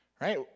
Right